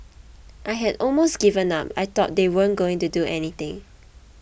I had almost given up I thought they weren't going to do anything